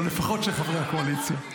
או לפחות של חברי הקואליציה.